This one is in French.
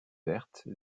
verte